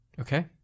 Okay